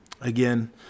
Again